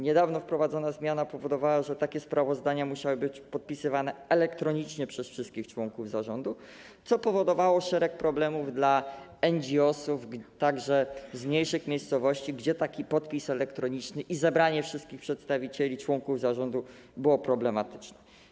Niedawno wprowadzona zmiana powodowała, że takie sprawozdania musiały być podpisywane elektronicznie przez wszystkich członków zarządu, co powodowało szereg problemów dla NGOs, także z mniejszych miejscowości, gdzie złożenie takiego podpisu elektronicznego i zebranie wszystkich przedstawicieli członków zarządu było problematyczne.